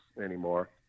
anymore